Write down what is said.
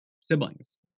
siblings